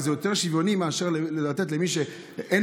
אבל זה יותר שוויוני מאשר לתת למי שאין